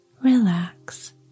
Relax